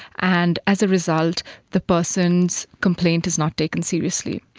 and as a result the person's complaint is not taken seriously.